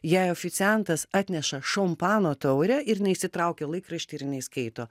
jai oficiantas atneša šampano taurę ir jinai išsitraukia laikraštį ir jinai skaito